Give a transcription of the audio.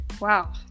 Wow